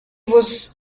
was